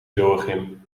joachim